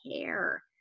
care